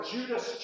Judas